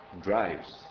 drives